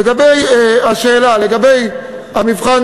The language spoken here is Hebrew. לגבי השאלה לגבי המבחן